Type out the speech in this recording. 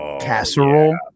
casserole